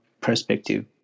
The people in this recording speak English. perspective